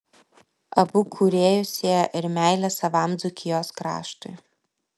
abu kūrėjus sieja ir meilė savam dzūkijos kraštui